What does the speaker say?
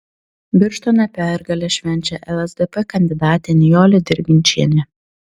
birštone pergalę švenčia lsdp kandidatė nijolė dirginčienė